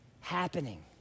happening